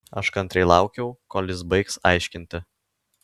aš kantriai laukiau kol jis baigs aiškinti